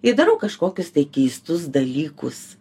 ir darau kažkokius tai keistus dalykus